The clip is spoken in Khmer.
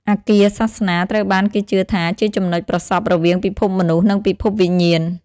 អគារសាសនា ត្រូវបានគេជឿថាជាចំណុចប្រសព្វរវាងពិភពមនុស្សនិងពិភពវិញ្ញាណ។